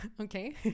Okay